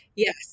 Yes